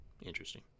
Interesting